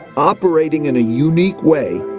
operating in a unique way,